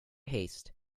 haste